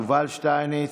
יובל שטייניץ,